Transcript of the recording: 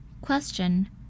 Question